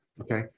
Okay